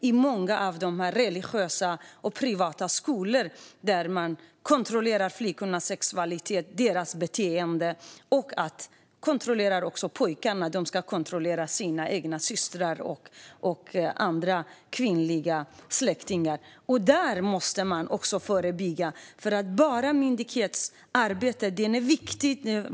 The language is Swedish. I många av dessa religiösa och privata skolor kontrolleras flickornas sexualitet och beteende, och pojkarna ska kontrollera sina systrar och andra kvinnliga släktingar. Där måste man förebygga, och myndighetsarbete är viktigt.